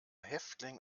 häftling